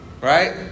Right